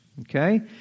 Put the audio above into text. Okay